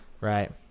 Right